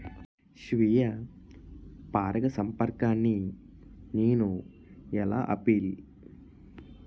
స్వీయ పరాగసంపర్కాన్ని నేను ఎలా ఆపిల్?